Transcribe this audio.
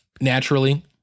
naturally